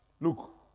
Look